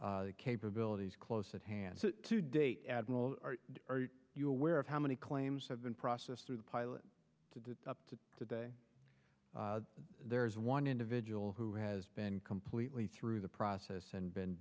the capabilities close at hand so to date admiral are you aware of how many claims have been processed through the pilot to up to today there is one individual who has been completely through the process and been